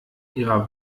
ihrer